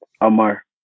Amar